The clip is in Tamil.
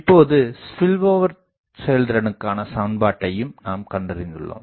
இப்போது ஸ்பில்ஓவர் செயல்திறனுக்கான சமன்பாட்டையும் நாம் கண்டறிந்துள்ளோம்